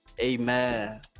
amen